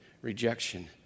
rejection